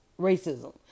racism